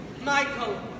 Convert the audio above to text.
Michael